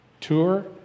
tour